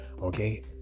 Okay